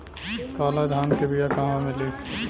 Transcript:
काला धान क बिया कहवा मिली?